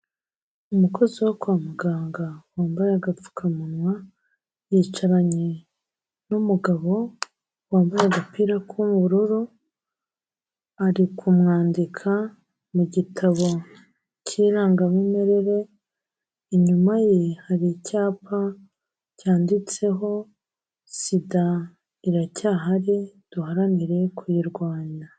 Umukozi wo kwa muganga wambaye agapfukamunwa, yicaranye n'umugabo wambaye agapira k'ubururu, ari kumwandika mu gitabo cy'irangamimerere, inyuma ye hari icyapa cyanditseho SIDA iracyahari duharanire kuyirwanya.